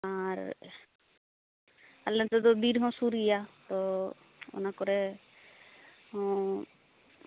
ᱟᱸᱻᱨ ᱟᱞᱮ ᱱᱚᱛᱮ ᱫᱚ ᱵᱤᱨ ᱦᱚᱸ ᱥᱩᱨ ᱜᱮᱭᱟ ᱛᱚ ᱚᱱᱟ ᱠᱚᱨᱮ ᱦᱩᱸ